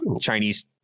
Chinese